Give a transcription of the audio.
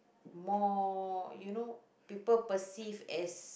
more you know people perceive is